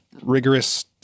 rigorous